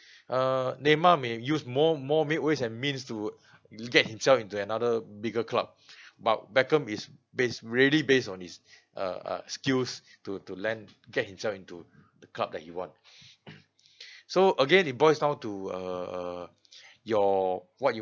err neymar may use more more make ways and means to get himself into another bigger club but beckham is based really based on his uh uh skills to to land get himself into the club that he want so again it boils down to uh uh your what you